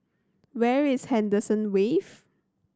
where is Henderson Wave